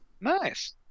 Nice